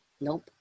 Nope